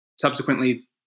Subsequently